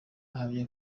ahamya